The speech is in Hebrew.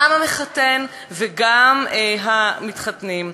גם המחתן וגם המתחתנים.